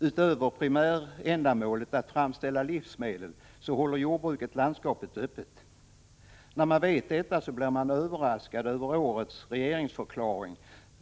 Utöver att jordbruket tjänar primärändamålet att framställa livsmedel håller jordbruket landskapet öppet. När man vet detta blir man överraskad över årets regeringsförklaring.